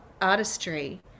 artistry